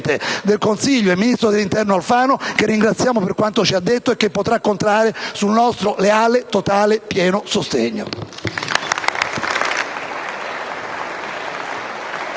del Consiglio e ministro dell'interno Alfano, che ringraziamo per quanto ci ha detto e che potrà contare sul nostro leale, totale, pieno sostegno.